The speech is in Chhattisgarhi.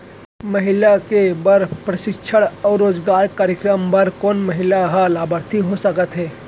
महिला के बर प्रशिक्षण अऊ रोजगार कार्यक्रम बर कोन महिला ह लाभार्थी हो सकथे?